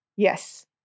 Yes